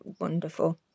wonderful